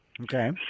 okay